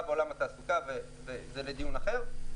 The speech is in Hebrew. וזה לדיון אחר.